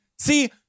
See